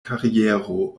kariero